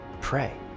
pray